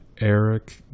Eric